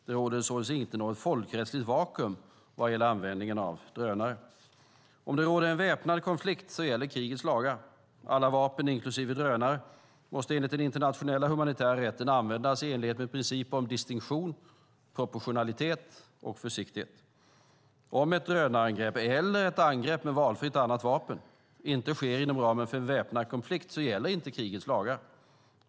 Det råder således inte något folkrättsligt vakuum vad gäller användningen av drönare. Om det råder en väpnad konflikt gäller krigets lagar. Alla vapen, inklusive drönare, måste enligt den internationella humanitära rätten användas i enlighet med principerna om distinktion, proportionalitet och försiktighet. Om ett drönarangrepp - eller ett angrepp med valfritt annat vapen - inte sker inom ramarna för en väpnad konflikt gäller inte krigets lagar.